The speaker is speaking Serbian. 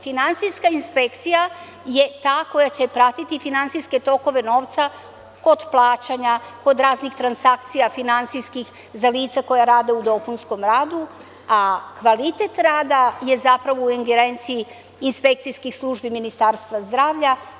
Finansijska inspekcija je ta koja će pratiti finansijske tokove novca kod plaćanja, kod raznih finansijskih transakcija za lica koja rade u dopunskom radu, a kvalitet rada je zapravo u ingerenciji inspekcijskih službi Ministarstva zdravlja.